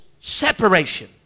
separation